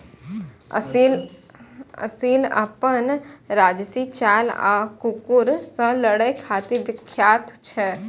असील अपन राजशी चाल आ कुकुर सं लड़ै खातिर विख्यात छै